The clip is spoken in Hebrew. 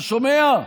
אתה שומע?